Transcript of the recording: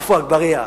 עפו אגבאריה,